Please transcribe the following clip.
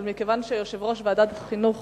אבל מכיוון שיושב-ראש ועדת החינוך